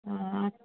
आं